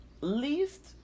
Least